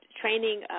training